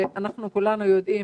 שאנחנו כולנו יודעים